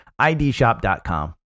idshop.com